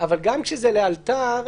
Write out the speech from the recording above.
-- אבל גם כשזה לאלתר,